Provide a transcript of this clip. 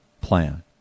plan